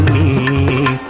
e